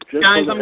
Guys